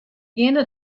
geane